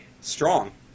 Strong